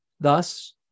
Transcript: Thus